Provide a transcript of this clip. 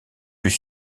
plus